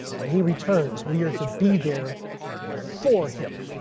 when he returns we are to be there for him.